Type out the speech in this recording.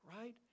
right